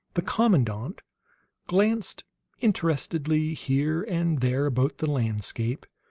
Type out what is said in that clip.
the commandant glanced interestedly here and there about the landscape,